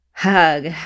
Hug